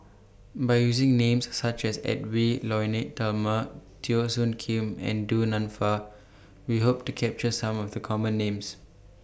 By using Names such as Edwy Lyonet Talma Teo Soon Kim and Du Nanfa We Hope to capture Some of The Common Names